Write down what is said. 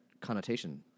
connotation